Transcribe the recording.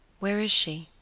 where is she?